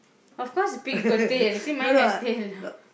of course pig got tail you see mine has tail